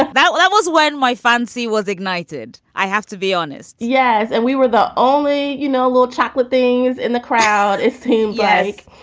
like that that was when my fancy was ignited, i have to be honest. yes. and we were the only, you know, a little chocolate things in the crowd. it's him. yes.